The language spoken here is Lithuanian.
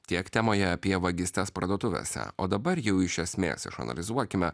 tiek temoje apie vagystes parduotuvėse o dabar jau iš esmės išanalizuokime